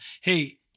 Hey